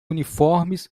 uniformes